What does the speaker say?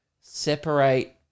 separate